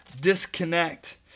disconnect